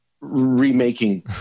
remaking